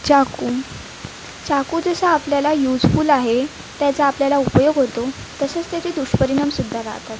चाकू चाकू जसं आपल्याला यूजफुल आहे त्याचा आपल्याला उपयोग होतो तसेच त्याचे दुष्परिणामसुद्धा रातात